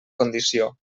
condició